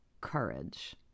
courage